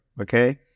Okay